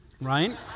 right